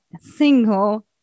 single